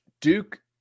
Duke